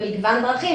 במגוון דרכים,